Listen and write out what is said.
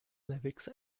lyrics